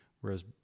Whereas